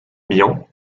bihan